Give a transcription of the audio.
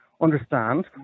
understand